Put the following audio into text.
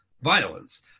violence